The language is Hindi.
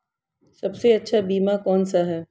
सबसे अच्छा बीमा कौनसा है?